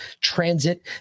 transit